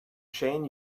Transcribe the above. shane